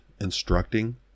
instructing